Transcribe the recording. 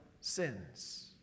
sins